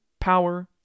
power